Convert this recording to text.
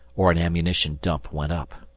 or an ammunition dump went up.